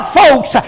folks